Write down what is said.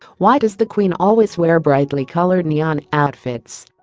why does the queen always wear brightly coloured neon outfits?